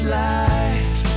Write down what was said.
life